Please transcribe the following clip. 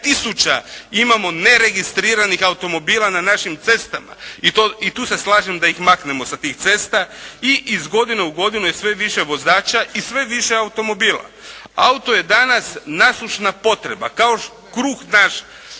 imamo neregistriranih automobila na našim cestama i tu se slažem da ih maknemo sa tih cesta i iz godina u godinu je sve više vozača i sve više automobila. Auto je danas nasušna potreba kao kruh naš